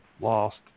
lost